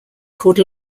called